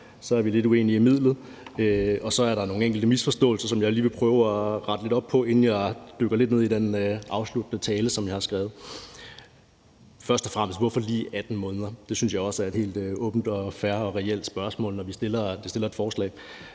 så er vi lidt uenige om midlet, og så er der nogle enkelte misforståelser, som jeg lige vil prøve at rette lidt op på, inden jeg dykker lidt ned i den afsluttende tale, som jeg har skrevet. Først og fremmest kan man spørge: Hvorfor lige 18 måneder? Det synes jeg også er et helt åbent, fair og reelt spørgsmål, som man kan stille, når